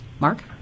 Mark